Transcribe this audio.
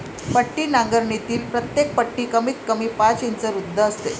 पट्टी नांगरणीतील प्रत्येक पट्टी कमीतकमी पाच इंच रुंद असते